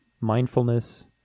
mindfulness